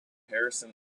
harrison